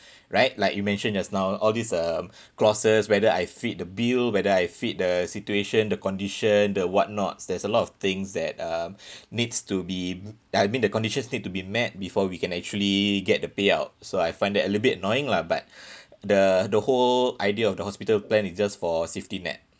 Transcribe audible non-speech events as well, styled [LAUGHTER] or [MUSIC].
[BREATH] right like you mentioned just now all these uh [BREATH] clauses whether I fit the bill whether I fit the situation the condition the whatnots there's a lot of things that um [BREATH] needs to be I mean the conditions need to be met before we can actually get the payout so I find that a little bit annoying lah but [BREATH] the the whole idea of the hospital plan is just for safety net